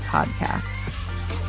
Podcasts